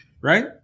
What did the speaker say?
right